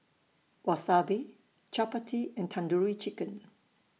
Wasabi Chapati and Tandoori Chicken